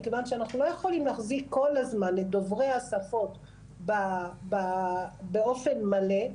מכיוון שאנחנו לא יכולים להחזיק כל הזמן את דוברי השפות באופן מלא.